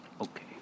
Okay